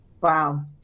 Wow